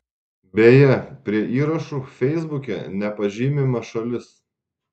beje prie įrašų feisbuke nepažymima šalis